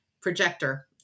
projector